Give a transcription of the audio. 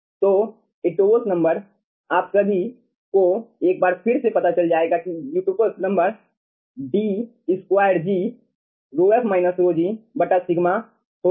तो Eötvös number आप सभी को एक बार फिर से पता चल जाएगा कि Eötvös number D2g ρf ρg σ होगा